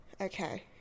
Okay